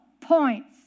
points